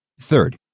Third